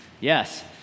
yes